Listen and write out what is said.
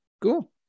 cool